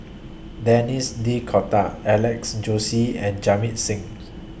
Denis D'Cotta Alex Josey and Jamit Singh